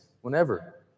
whenever